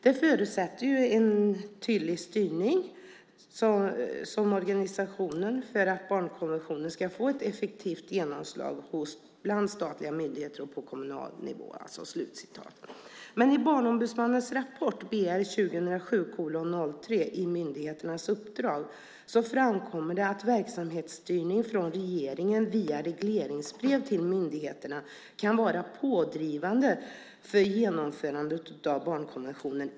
Det förutsätter en tydlighet i såväl styrning som organisation för att barnkonventionen ska få ett effektivt genomslag bland statliga myndigheter och på kommunal nivå." Men i Barnombudsmannens rapport, BR 2007:03 enligt myndigheternas uppdrag, framkommer det att verksamhetsstyrning från regeringen via regleringsbrev till myndigheterna kan vara i hög grad pådrivande för genomförandet av barnkonventionen.